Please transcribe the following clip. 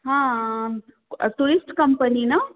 हां tourist company ना